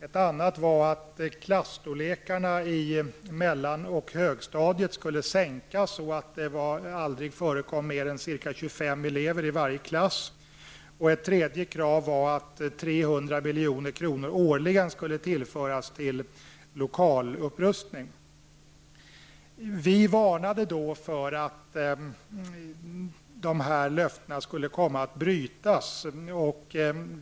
Ett annat krav var att klasstorlekarna i mellan och högstadiet skulle minska, så att det aldrig skulle förekomma mer än 25 elever i varje klass. Ett tredje krav var att 300 Vi i folkpartiet varnade då för att dessa löften skulle brytas.